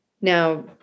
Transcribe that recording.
Now